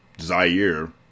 Zaire